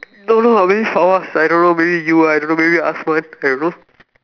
don't know ah maybe Fawaz I don't know maybe you ah I don't know maybe Hazwan I don't know